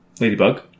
ladybug